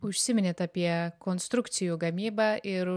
užsiminėt apie konstrukcijų gamybą ir